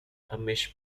amish